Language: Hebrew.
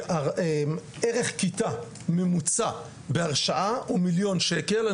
לראות עוד כמה נושאים שקשורים